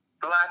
black